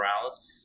Morales